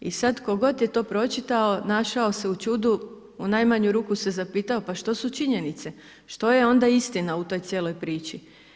I sad tko god da je to pročitao našao se u čudu, u najmanju ruku se zapitao pa što su činjenice, što je onda istina u toj cijeloj priči.